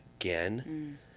again